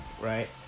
Right